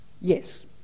yes